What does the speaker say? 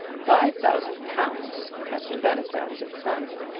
five thousand pounds! captain bannister answered firmly.